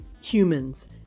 humans